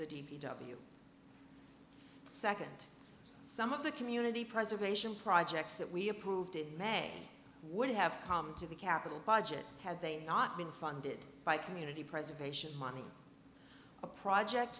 the d p w second some of the community preservation projects that we approved in may would have come to the capital budget had they not been funded by community preservation money a project